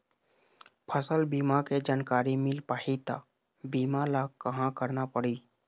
फसल बीमा के जानकारी मिल पाही ता बीमा ला कहां करना पढ़ी?